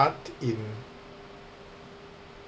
art in